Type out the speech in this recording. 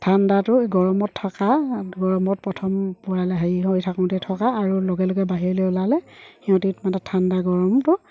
ঠাণ্ডাটো গৰমত থকা গৰমত প্ৰথম পোৱালি হেৰি হৈ থাকোঁতে থকা আৰু লগে লগে বাহিৰলৈ ওলালে সিহঁতি মানে ঠাণ্ডা গৰমটো